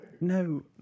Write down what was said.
No